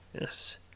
Yes